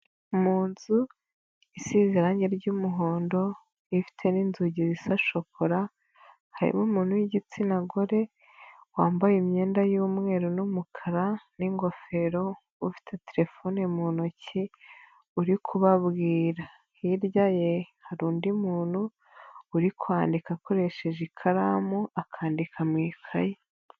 Mu nzu isize irangi ry'umuhondo ifite n'inzugi zisa shokora harimo umuntu w'igitsina gore wambaye imyenda y'umweru n'umukara n'ingofero, ufite telefone mu ntoki uri kubabwira, hirya ye hari undi muntu uri kwandika akoresheje ikaramu, akandika mu ikayi.